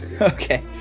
Okay